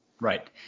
Right